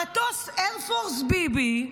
המטוס "אייר-פורס ביבי"